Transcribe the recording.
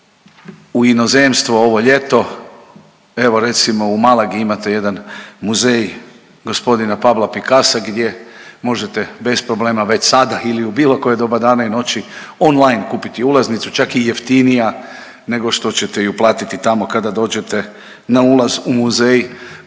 u inozemstvo ovo ljeto, evo recimo u Malagi imate jedan muzej gospodina Pabla Picassa gdje možete bez problema već sada ili u bilo koje doba dana i noć online kupiti ulaznicu, čak je jeftinija nego što ćete ju platiti tamo kada dođete na ulaz u muzej.